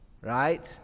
Right